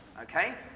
Okay